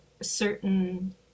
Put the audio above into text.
certain